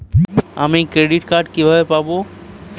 আমি credit card কিভাবে পাবো?